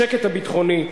השקט הביטחוני,